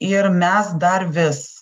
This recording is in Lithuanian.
ir mes dar vis